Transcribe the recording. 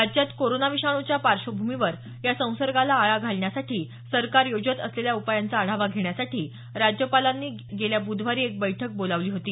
राज्यात कोरोना विषाणूच्या पार्श्वभूमीवर या संसर्गाला आळा घालण्यासाठी सरकार योजत असलेल्या उपायांचा आढावा घेण्यासाठी राज्यपालांनी गेल्या बुधवारी एक बैठक बोलावली होती